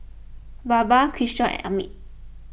Baba Kishore and Amit